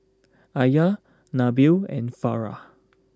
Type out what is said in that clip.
Alya Nabil and Farah